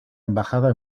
embajada